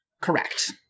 Correct